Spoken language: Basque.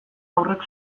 haurrek